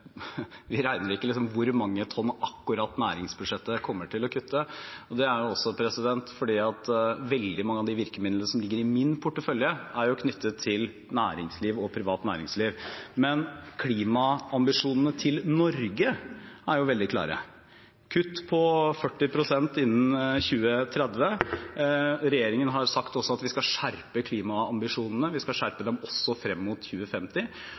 Vi regner ikke hvor mange tonn akkurat næringsbudsjettet kommer til å kutte. Det er også fordi veldig mange av de virkemidlene som ligger i min portefølje, er knyttet til næringsliv og privat næringsliv. Men klimaambisjonene til Norge er veldig klare: kutt på 40 pst. innen 2030. Regjeringen har også sagt at vi skal skjerpe klimaambisjonene, vi skal skjerpe dem også fram mot 2050,